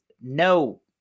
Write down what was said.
no